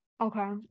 Okay